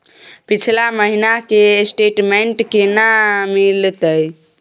पिछला महीना के स्टेटमेंट केना मिलते?